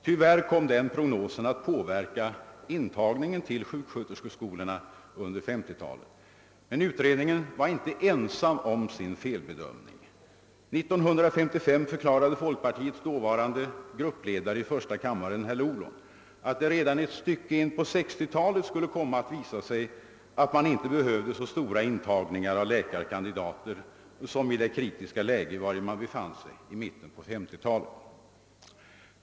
Tyvärr kom denna prognos att påverka intagningen till sjuksköterskeskolorna under 1950-talet, men utredningen var inte ensam om sin felbedömning. År 1955 förklarade folkpartiets dåvarande gruppledare i första kammaren, herr Ohlon, att det redan ett stycke in på 1960-talet skulle komma att visa sig, att man inte behövde så stora intagningar av läkarkandidater som var fallet i det kritiska läge som man då befann sig i.